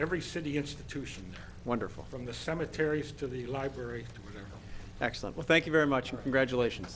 every city institution wonderful from the cemeteries to the library excellent well thank you very much graduations